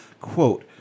Quote